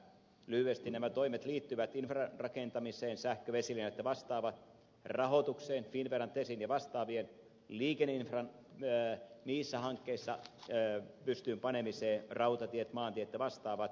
lyhyesti nämä toimet liittyvät infran rakentamiseen sähkö vesilinjat ja vastaavat rahoitukseen finnveran tesin ja vastaavien liikenneinfran niissä hankkeissa pystyyn panemiseen rautatiet maantiet ja vastaavat